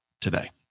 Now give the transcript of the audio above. today